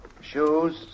Shoes